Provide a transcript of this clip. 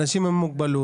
האנשים עם מוגבלות.